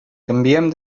canviem